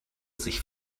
sich